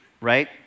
right